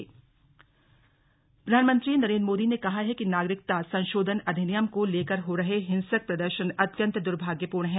CAB प्रधानमंत्री प्रधानमंत्री नरेन्द्र मोदी ने कहा है कि नागरिकता संशोधन अधिनियम को लेकर हो रहे हिंसक प्रदर्शन अत्यंत द्भाग्यपूर्ण हैं